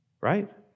Right